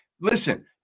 listen